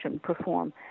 perform